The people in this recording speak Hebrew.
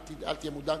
אל תהיה מודאג,